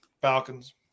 Falcons